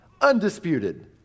undisputed